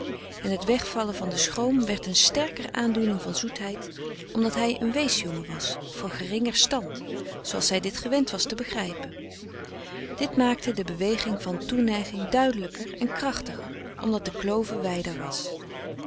en het wegvallen van den schroom werd een sterker aandoening van zoetheid omdat hij een weesjongen was van geringer stand zooals zij dit gewend was te begrijpen dit maakte frederik van eeden van de koele meren des doods de beweging van toeneiging duidelijker en krachtiger omdat de klove wijder was